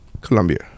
Colombia